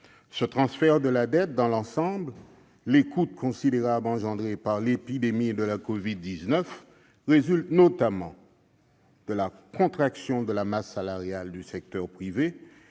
le transfert de la dette, dans l'ensemble, les coûts considérables engendrés par l'épidémie de covid-19 résultent notamment de la contraction de la masse salariale du secteur privé,